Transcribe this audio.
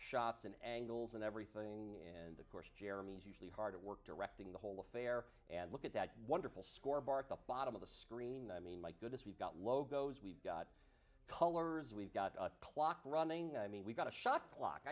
shots and angles and everything of course jeremy's usually hard at work directing the whole affair and look at that wonderful score bar at the bottom of the screen i mean my goodness we've got logos we've got colors we've got a clock running i mean we've got a shot clock